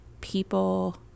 people